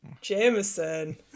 Jameson